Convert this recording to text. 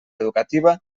educativa